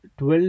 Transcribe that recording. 12